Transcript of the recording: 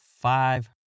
five